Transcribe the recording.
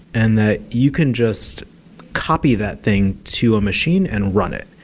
and that you can just copy that thing to a machine and run it.